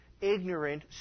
ignorant